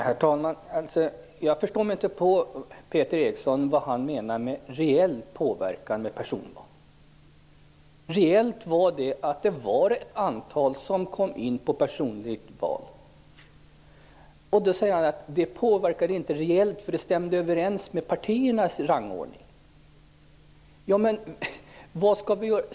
Herr talman! Jag förstår inte vad Peter Eriksson menar med reell påverkan genom personval. Reellt var det ett antal som kom in på personligt val. Peter Eriksson säger att väljarnas val inte påverkade reellt, för det stämde överens med partiernas rangordning.